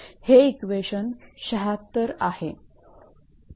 हे इक्वेशन 76 आहे